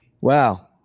Wow